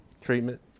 treatment